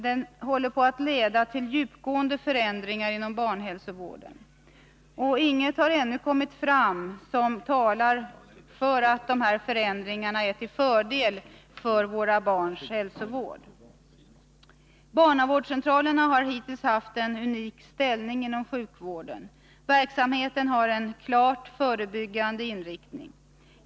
Den håller på att leda till djupgående förändringar inom barnhälsovården. Inget har ännu kommit fram som talar för att dessa förändringar är till fördel för våra barns hälsovård. Barnavårdscentralerna har hittills haft en unik ställning inom sjukvården. Verksamheten har en klart förebyggande inriktning.